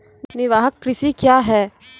निवाहक कृषि क्या हैं?